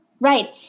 Right